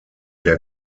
der